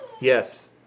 Yes